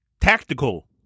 tactical